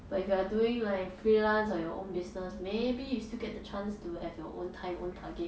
but if you are doing like freelance or your own business maybe you still get the chance to have your own time own target